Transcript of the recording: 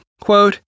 Quote